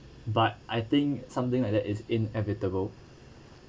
but I think something like that is inevitable